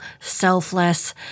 selfless